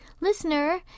Listener